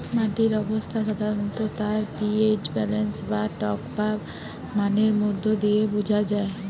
মাটির অবস্থা সাধারণত তার পি.এইচ ব্যালেন্স বা টকভাব মানের মধ্যে দিয়ে বুঝা যায়